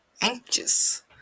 anxious